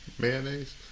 Mayonnaise